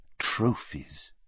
trophies